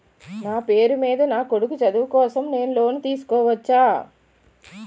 నా పేరు మీద నా కొడుకు చదువు కోసం నేను లోన్ తీసుకోవచ్చా?